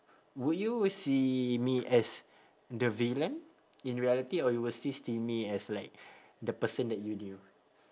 would you wou~ see me as the villain in reality or you will still see me as like the person that you knew